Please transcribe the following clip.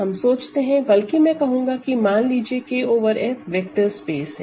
हम सोचते हैं बल्कि मैं कहूँगा कि मान लीजिए K over F vector space है